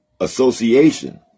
Association